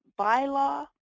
bylaw